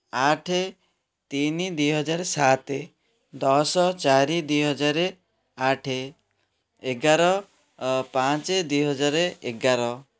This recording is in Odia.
ଆଠ ତିନି ଦୁଇ ହଜର ସାତ ଦଶ ଚାରି ଦୁଇ ହଜାର ଆଠ ଏଗାର ପାଞ୍ଚ ଦୁଇ ହଜାର ଏଗାର